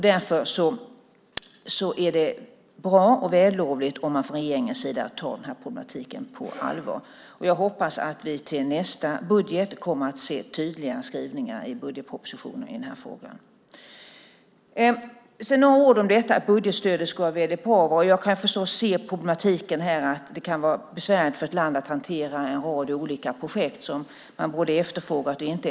Därför är det bra och vällovligt om regeringen tar denna problematik på allvar. Jag hoppas att vi till nästa budget kommer att se tydligare skrivningar i budgetpropositionen i den här frågan. Sedan vill jag säga några ord om detta att budgetstöd skulle vara väldigt bra. Jag kan naturligtvis se problematiken att det kan vara besvärligt för ett land att hantera en rad olika projekt, både sådana man efterfrågat och inte.